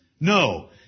No